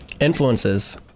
Influences